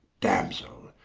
damsell,